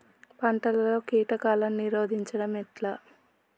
పంటలలో కీటకాలను నిరోధించడం ఎట్లా?